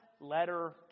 letter